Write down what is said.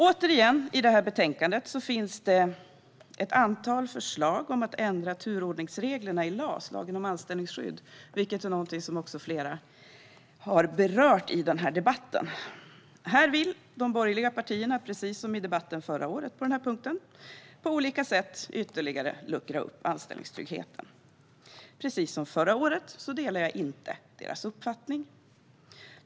Vidare finns det i betänkandet ett antal förslag om att ändra turordningsreglerna i lagen om anställningsskydd, LAS. Detta har även flera berört i debatten. De borgerliga partierna vill, precis som under förra årets debatt, på olika sätt luckra upp anställningstryggheten ytterligare. Och precis som förra året delar jag inte deras uppfattning.